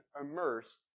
immersed